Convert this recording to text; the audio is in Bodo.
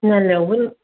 थिनालियावबो